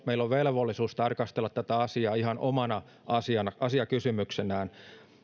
ja meillä on velvollisuus tarkastella tätä asiaa ihan omana asiakysymyksenään